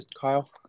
Kyle